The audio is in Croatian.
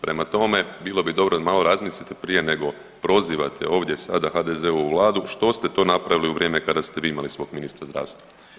Prema tome, bilo bi dobro da malo razmislite prije nego prozivate ovdje sada HDZ-ovu vladu što ste to napravili u vrijeme kada ste vi imali svog ministra zdravstva ili zdravlja.